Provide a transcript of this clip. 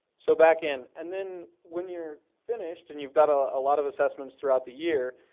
so back in, and then when you're finished and you've got a lot of assessments throughout the year,